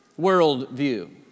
worldview